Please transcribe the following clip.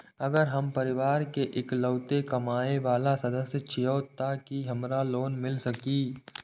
अगर हम परिवार के इकलौता कमाय वाला सदस्य छियै त की हमरा लोन मिल सकीए?